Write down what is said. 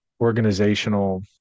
organizational